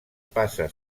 passa